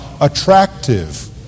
attractive